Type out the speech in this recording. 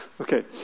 Okay